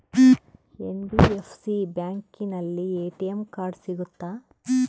NBFC ಬ್ಯಾಂಕಿನಲ್ಲಿ ATM card ಸಿಗುತ್ತಾ?